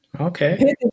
Okay